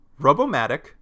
Robomatic